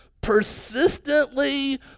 persistently